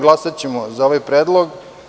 Glasaćemo za ovaj predlog.